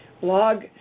blog